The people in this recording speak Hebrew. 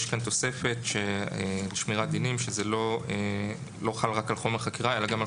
יש כאן תוספת של שמירת דינים שזה לא חל רק על חומר חקירה אלא גם על